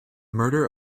murder